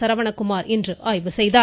சரவணக்குமார் இன்று ஆய்வு செய்தார்